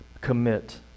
commit